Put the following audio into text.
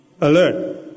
alert